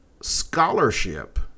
scholarship